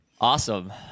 Awesome